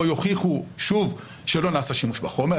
יוכיחו שוב שלא נעשה שימוש בחומר,